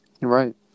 Right